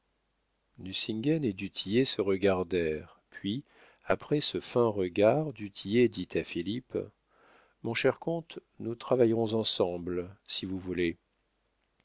millions nucingen et du tillet se regardèrent puis après ce fin regard du tillet dit à philippe mon cher comte nous travaillerons ensemble si vous voulez